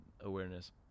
awareness